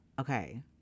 okay